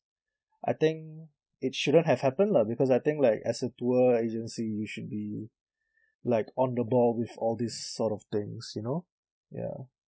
I think it shouldn't have happened lah because I think like as a tour agency you should be like on the ball with all these sort of things you know ya